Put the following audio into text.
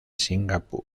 singapur